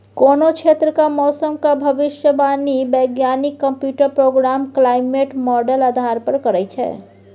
कोनो क्षेत्रक मौसमक भविष्यवाणी बैज्ञानिक कंप्यूटर प्रोग्राम क्लाइमेट माँडल आधार पर करय छै